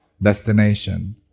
destination